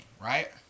right